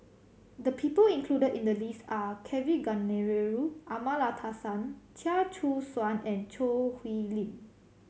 the people included in the list are Kavignareru Amallathasan Chia Choo Suan and Choo Hwee Lim